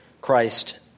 Christ